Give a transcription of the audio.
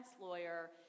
lawyer